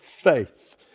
faith